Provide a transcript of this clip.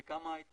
שכמה היא הייתה?